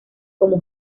como